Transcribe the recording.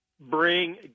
bring